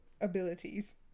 abilities